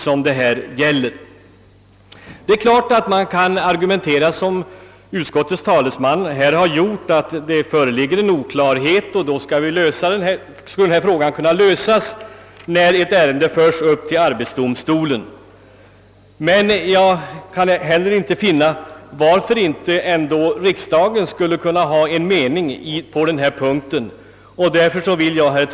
Självfallet kan man, såsom utskottsmajoritetens talesman gjort, resonera så att oklarheten i denna fråga skulle kunna undanröjas genom att ett ärende fördes upp till arbetsdomstolen. Jag kan emellertid inte förstå varför inte riksdagen skulle kunna uttala en bestämd mening på denna punkt. Jag ber därför, herr talman!